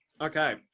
Okay